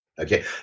Okay